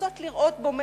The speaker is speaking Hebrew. השידור.